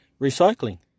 Recycling